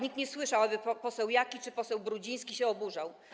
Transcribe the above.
Nikt nie słyszał, aby poseł Jaki czy poseł Brudziński się oburzał.